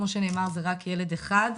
כמו שנאמר זה רק ילד אחד,